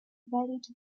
varied